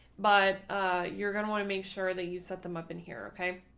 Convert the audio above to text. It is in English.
but you're going to want to make sure that you set them up in here. ok,